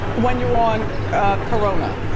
when you're on corona.